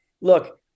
look